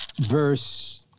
verse